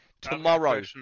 Tomorrow